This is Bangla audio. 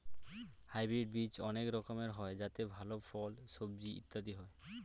হাইব্রিড বীজ অনেক রকমের হয় যাতে ভালো ফল, সবজি ইত্যাদি হয়